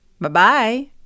Bye-bye